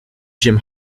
jim